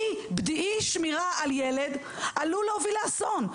אי-שמירה על ילד עלול להוביל לאסון.